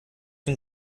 dem